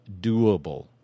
doable